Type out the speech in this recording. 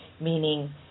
meaning